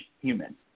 human